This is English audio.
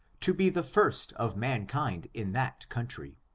to be the first of man kind in that country.